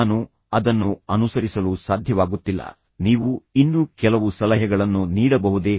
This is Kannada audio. ನಾನು ಅದನ್ನು ಅನುಸರಿಸಲು ಸಾಧ್ಯವಾಗುತ್ತಿಲ್ಲ ನೀವು ಇನ್ನೂ ಕೆಲವು ಸಲಹೆಗಳನ್ನು ನೀಡಬಹುದೇ